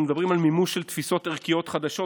אנחנו מדברים על מימוש של תפיסות ערכיות חדשות,